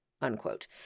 unquote